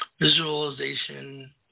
visualization